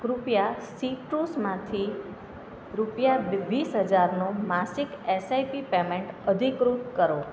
કૃપયા સીટ્રુસમાંથી રૂપિયા વીસ હજારનો માસિક એસઆઈપી પેમેંટ અધિકૃત કરો